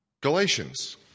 Galatians